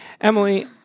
Emily